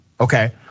Okay